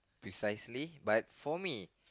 precisely but for me